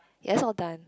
yes all done